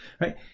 right